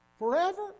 Forever